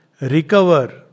recover